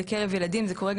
ככה אנחנו הולכים להתנהל,